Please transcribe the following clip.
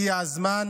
הגיע הזמן